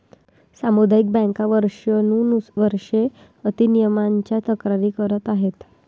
सामुदायिक बँका वर्षानुवर्षे अति नियमनाच्या तक्रारी करत आहेत